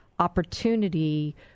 opportunity